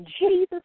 Jesus